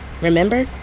remember